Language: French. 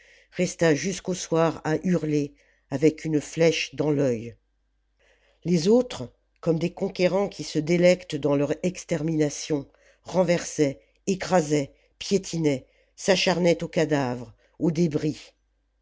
resta jusqu'au soir à hurler avec une flèche dans fœil les autres comme des conquérants qui se délectent dans leurextermination renversaient écrasaient piétinaient s'acharnaient aux cadavres aux débris